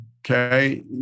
Okay